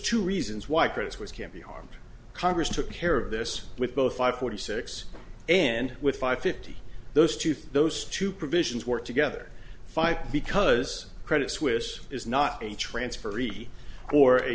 two reasons why chris was can be harmed congress took care of this with both five forty six and with five fifty those two for those two provisions worked together five because credit suisse is not a transferee or a